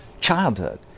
childhood